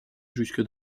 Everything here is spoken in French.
jusque